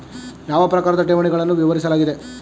ಯಾವ ಪ್ರಕಾರದ ಠೇವಣಿಗಳನ್ನು ವಿವರಿಸಲಾಗಿದೆ?